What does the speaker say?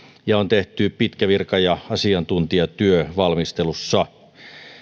ja on tehty pitkä virka ja asiantuntijatyö valmistelussa